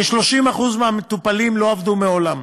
כ-30% מהמטופלים לא עבדו מעולם.